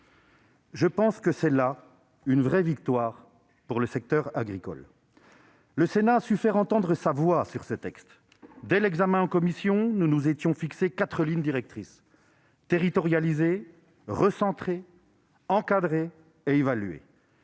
des terres. C'est là une vraie victoire pour le secteur agricole. Le Sénat a su faire entendre sa voix sur ce texte. Dès l'examen en commission, nous nous étions fixé quatre lignes directrices : territorialiser, recentrer, encadrer et évaluer.